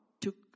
took